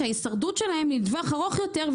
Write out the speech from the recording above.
שההישרדות שלהם לטווח ארוך יותר,